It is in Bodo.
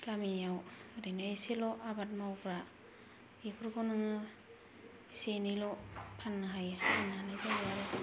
गामियाव ओरैनो इसेल' आबाद मावग्रा बेफोरखौ नोङो इसे एनैल' फाननो हायो होनना बुङो आरो